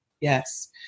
Yes